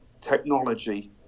technology